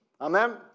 Amen